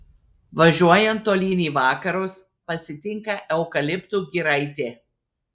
važiuojant tolyn į vakarus pasitinka eukaliptų giraitė